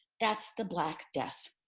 that's the black death.